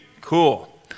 cool